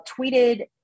tweeted